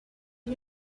you